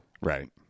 Right